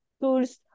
tools